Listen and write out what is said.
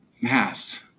mass